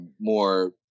more